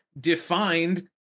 defined